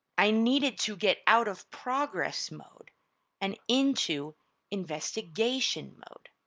i needed to get out of progress mode and into investigation mode.